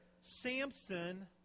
Samson